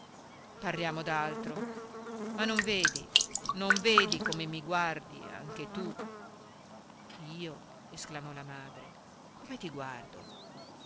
parliamo d'altro ma non vedi non vedi come mi guardi anche tu io esclamò la madre come ti guardo